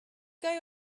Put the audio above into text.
guy